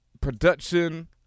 production